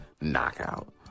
knockout